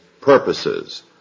purposes